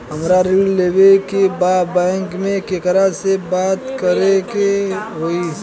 हमरा ऋण लेवे के बा बैंक में केकरा से बात करे के होई?